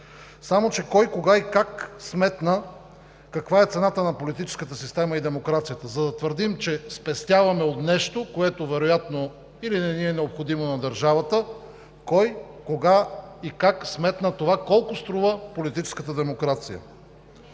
Само че кой, кога и как сметна каква е цената на политическата система и демокрацията? За да твърдим, че спестяваме от нещо, което вероятно или не ни е необходимо на държавата – кой, кога и как сметна това колко струва политическата демокрация?